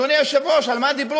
אדוני היושב-ראש, על מה דיברו?